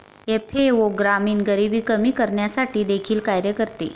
FAO ग्रामीण गरिबी कमी करण्यासाठी देखील कार्य करते